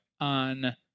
on